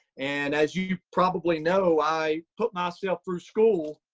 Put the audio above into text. and as you probably know, i put myself through school,